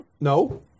No